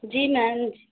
جی میم